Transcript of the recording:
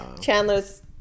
Chandler's